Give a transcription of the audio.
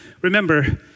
Remember